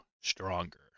stronger